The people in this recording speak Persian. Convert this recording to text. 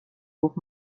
گفت